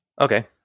Okay